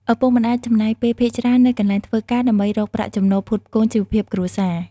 ឪពុកម្ដាយ ចំណាយពេលភាគច្រើននៅកន្លែងធ្វើការ ដើម្បីរកប្រាក់ចំណូលផ្គត់ផ្គង់ជីវភាពគ្រួសារ។